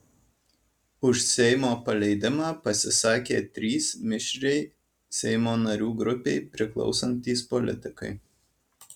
už seimo paleidimą pasisakė trys mišriai seimo narių grupei priklausantys politikai